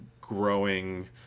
growing